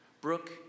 Brooke